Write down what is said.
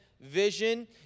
Vision